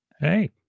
Hey